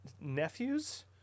nephews